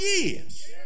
years